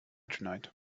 tonight